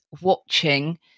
watching